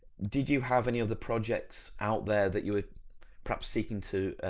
did you have any other projects out there that you were perhaps seeking to,